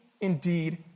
indeed